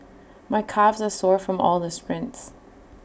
my calves are sore from all the sprints